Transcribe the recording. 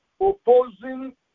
opposing